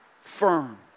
firm